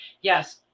Yes